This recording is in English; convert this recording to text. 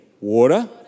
water